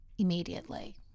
immediately